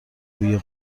بوی